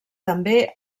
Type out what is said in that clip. també